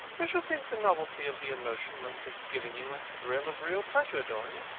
i should think the novelty of the emotion must have given you a thrill of real pleasure, dorian,